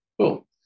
Cool